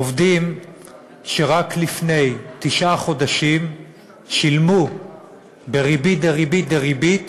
עובדים שרק לפני תשעה חודשים שילמו בריבית דריבית דריבית